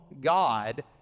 God